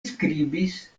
skribis